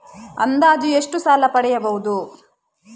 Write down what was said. ಅಂದಾಜು ಎಷ್ಟು ಸಾಲ ಪಡೆಯಬಹುದು?